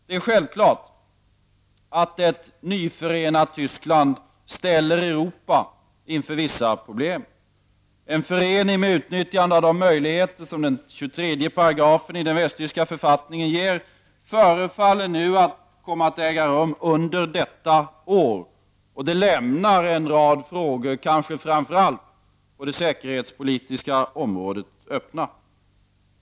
Det är självklart att ett nyförenat Tyskland ställer Europa inför vissa problem. En förening med utnyttjande av de möjligheter som §23 i den västtyska författningen ger förefaller att nu komma att äga rum under detta år. Detta lämnar en rad frågor öppna — kanske framför allt på det säkerhetspolitiska området.